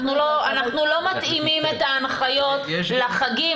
אנחנו לא מתאימים את ההנחיות לחגים,